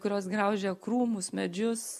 kurios graužia krūmus medžius